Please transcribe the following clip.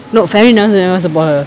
no family never never support her